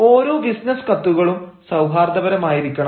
ഓരോ ബിസിനസ്സ് കത്തുകളും സൌഹാർദ്ദപരമായിരിക്കണം